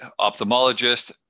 ophthalmologist